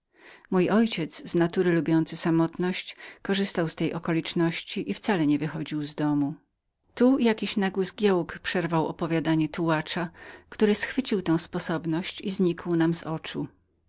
mój ojciec z natury zalubowany w odosobieniu korzytałkorzystał z tej okoliczności i wcale się nie pokazywał tu niewiem jaki zgiełk przerwał opowiadanie tułacza który schwycił tę sposobność i znikł nam z oczu